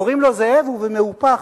קוראים לו זאב ובמהופך,